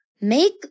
Make